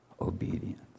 obedience